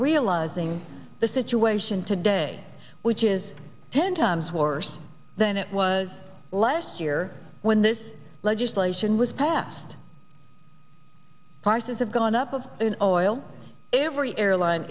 realizing the situation today which is ten times worse than it was last year when this legislation was passed prices have gone up of oil every airline